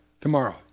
tomorrow